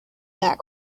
that